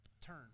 Turn